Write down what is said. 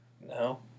No